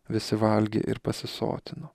visi valgė ir pasisotino